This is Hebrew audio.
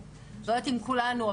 לא יודעת אם כולנו,